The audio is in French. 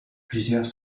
plusieurs